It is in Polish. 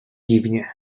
dziwnie